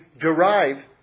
derive